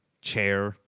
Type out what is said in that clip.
chair